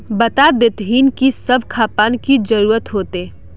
बता देतहिन की सब खापान की जरूरत होते?